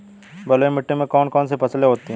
बलुई मिट्टी में कौन कौन सी फसलें होती हैं?